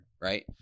right